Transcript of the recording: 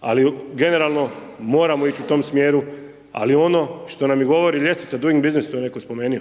Ali generalno moramo ići u tom smjeru, ali ono što nam i govori ljestvica Doing biznis, to je netko spomenio,